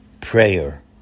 prayer